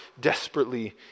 desperately